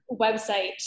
website